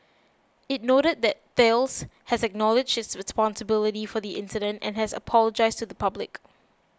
it noted that Thales has acknowledged its responsibility for the incident and has apologised to the public